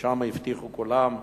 שם הבטיחו כולם,